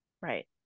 Right